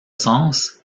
sens